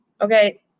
okay